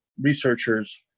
researchers